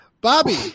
bobby